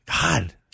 God